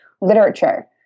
literature